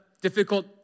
difficult